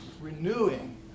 renewing